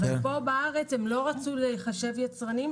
אבל פה בארץ הם לא רצו להיחשב יצרנים.